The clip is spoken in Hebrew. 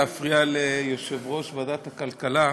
קשה לי להפריע ליושב-ראש ועדת הכלכלה.